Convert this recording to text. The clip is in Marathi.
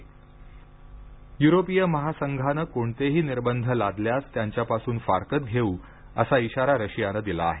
रशिया युरोपीय महासंघ युरोपीय महासंघानं कोणतेही निर्बंध लादल्यास त्यांच्यापासून फारकत घेऊ असा इशारा रशियानं दिला आहे